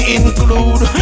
include